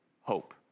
hope